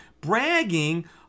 bragging